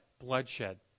bloodshed